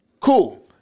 Cool